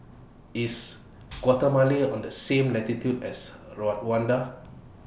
IS Guatemala on The same latitude as Rwanda